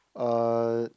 uh